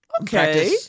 Okay